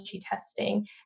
testing